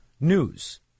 news